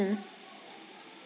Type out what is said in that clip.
mm